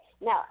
Now